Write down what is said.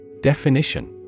Definition